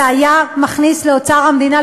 זה היה מכניס לאוצר המדינה,